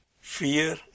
fear